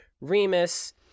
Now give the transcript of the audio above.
Remus